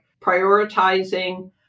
prioritizing